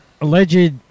alleged